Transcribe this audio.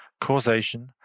causation